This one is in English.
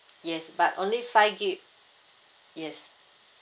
yes but only five gig yes